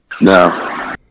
No